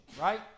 right